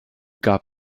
gab